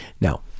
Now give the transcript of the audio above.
Now